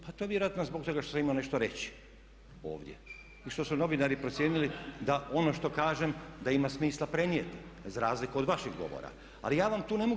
Pa to vjerojatno zbog toga što sam imao nešto reći ovdje i što su novinari procijenili da ono što kažem da ima smisla prenijeti za razliku od vašeg govora ali ja vam tu ne mogu.